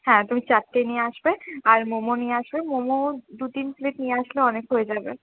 হ্যাঁ তুমি চারটে নিয়ে আসবে আর মোমো নিয়ে আসবে মোমো দু তিন প্লেট নিয়ে আসলে অনেক হয়ে যাবে